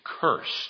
cursed